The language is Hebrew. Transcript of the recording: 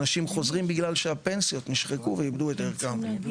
אנשים חוזרים בגלל שהפנסיות נשחקו ואיבדו את ערכן.